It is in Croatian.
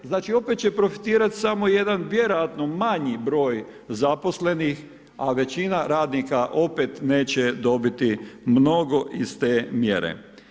Znači, opet će profitirati samo jedan vjerojatno manji broj zaposlenih, a većina radnika opet neće dobiti mnogo iz te mjere.